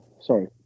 sorry